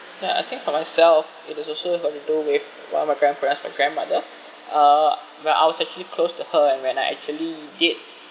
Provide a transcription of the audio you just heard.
ya I think for myself it was also got to do with one of my grandparents my grandmother uh where I was actually close to her and when I actually did